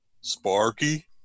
Sparky